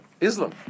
Islam